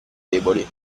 deboli